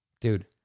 Dude